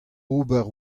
ober